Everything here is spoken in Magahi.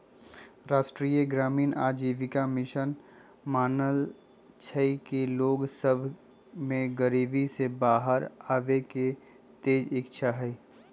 राष्ट्रीय ग्रामीण आजीविका मिशन मानइ छइ कि लोग सभ में गरीबी से बाहर आबेके तेज इच्छा हइ